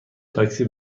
تاکسی